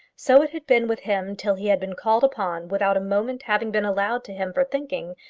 so it had been with him till he had been called upon, without a moment having been allowed to him for thinking,